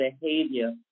behavior